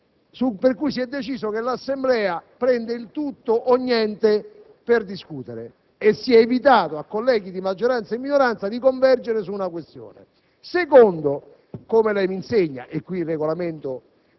per cui si è deciso che l'Assemblea prende tutto o niente per discutere, e si è evitato a colleghi di maggioranza e di minoranza di convergere su una questione. In secondo luogo, come lei mi insegna (il Regolamento è